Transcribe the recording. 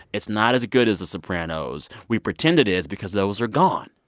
it's not as good as the sopranos. we pretend it is because those are gone.